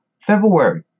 February